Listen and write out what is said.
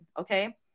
okay